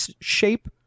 shape